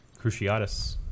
Cruciatus